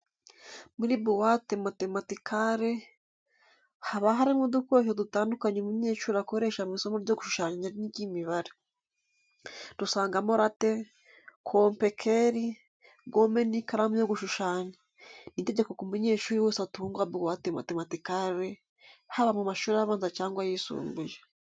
Muri buwate matematikare haba harimo udukoresho dutandukanye umunyeshuli akoresha mu isomo ryo gushushanya n'iry'imibare. Dusangamo late, kompa ekeli, gome n'ikaramu yo gushushanya. Ni itegeko ko umunyeshuri wese atunga buwate matematikare, haba mu mashuri abanza cyangwa ayisumbuye.